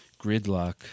Gridlock